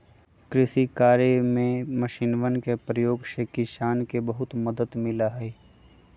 कृषि कार्य में मशीनवन के प्रयोग से किसान के बहुत मदद मिला हई